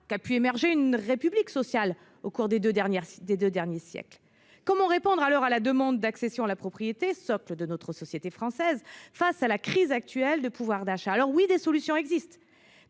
qu’a pu émerger une République sociale au cours des deux derniers siècles ? Comment répondre à la demande d’accession à la propriété, socle de notre société française, face à la crise actuelle du pouvoir d’achat ? Des solutions existent